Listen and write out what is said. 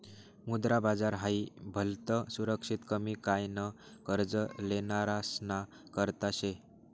मुद्रा बाजार हाई भलतं सुरक्षित कमी काय न कर्ज लेनारासना करता शे